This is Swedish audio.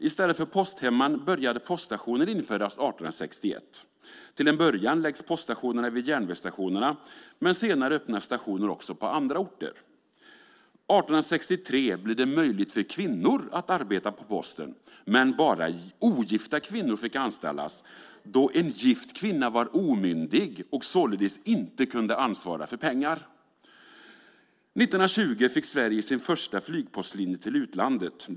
I stället för posthemman började poststationer införas 1861. Till en början läggs poststationerna vid järnvägsstationerna, men senare öppnas stationer också på andra orter. År 1863 blev det möjligt för kvinnor att arbeta på Posten. Men bara ogifta kvinnor fick anställas, eftersom en gift kvinna var omyndig och så-ledes inte kunde ansvara för pengar. År 1920 fick Sverige sin första flygpostlinje till utlandet.